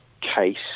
case